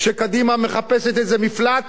כשקדימה מחפשת איזה מפלט,